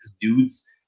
dudes –